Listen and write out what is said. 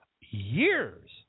years